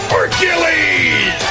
Hercules